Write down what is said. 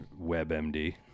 WebMD